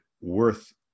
worth